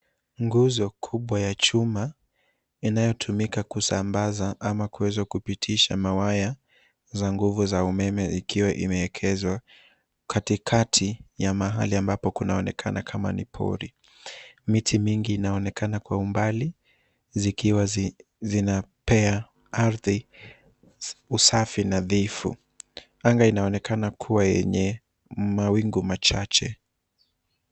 Nguzo kubwa ya chuma inayotumika kusambaza ama kuweza kupitisha mayawa za nguvu za umeme ikiwa imeekezwa katikati ya mahali ambapo kunaonekana kama ni pori. Miti mingi inaonekana kwa umbali, zikiwa zinapea ardhi usafi nadhifu. Anga inaonekana kuwa yenye mawingu machache.